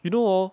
you know hor